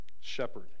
shepherd